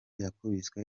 yakubiswe